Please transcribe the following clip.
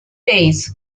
days